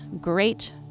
great